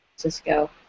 Francisco